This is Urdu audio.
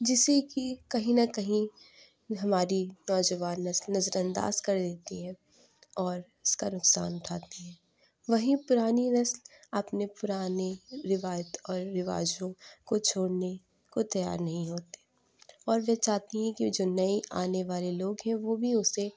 جسے کہ کہیں نہ کہیں ہماری نوجوان نسل نظر انداز کر دیتی ہے اور اس کا نقصان اٹھاتی ہے وہیں پرانی نسل اپنے پرانی روایت اور رواجوں کو چھوڑنے کو تیار نہیں ہوتے اور وہ چاہتی ہیں کہ وہ جو نئے آنے والے لوگ ہیں وہ بھی اسے